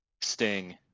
Sting